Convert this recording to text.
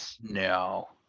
No